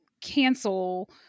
cancel